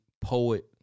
poet